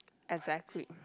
exactly